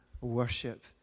worship